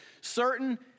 certain